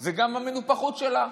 זה גם המנופחות שלה,